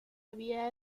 había